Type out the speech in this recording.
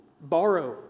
borrow